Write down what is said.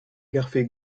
garfe